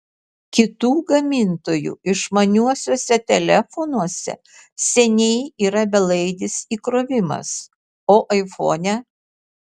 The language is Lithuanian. kitų gamintojų išmaniuosiuose telefonuose seniai yra belaidis įkrovimas o aifone